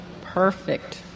Perfect